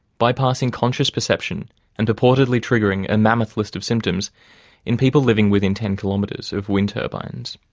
bypassing conscious perception and purportedly triggering a mammoth list of symptoms in people living within ten kilometres of wind turbines.